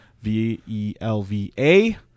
V-E-L-V-A